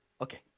Okay